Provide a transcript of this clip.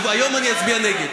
היום אני אצביע נגד.